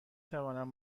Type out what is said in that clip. توانم